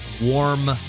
warm